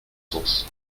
sens